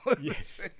Yes